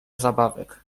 zabawek